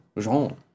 Jean